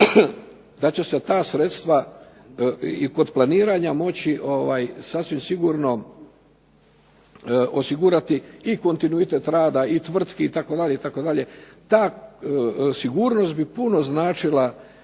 da će se ta sredstva i kod planiranja moći sasvim sigurno osigurati i kontinuitet rada i tvrtki itd. Ta sigurnost bi puno značila